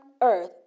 earth